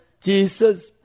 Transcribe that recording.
Jesus